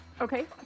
Okay